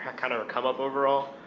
kind of a come up overall,